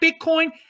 Bitcoin